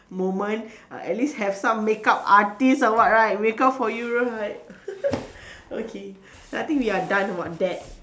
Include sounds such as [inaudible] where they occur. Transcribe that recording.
moment uh at least have some makeup artist somewhat right makeup for you right [laughs] okay I think we are done about that